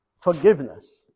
forgiveness